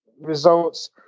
results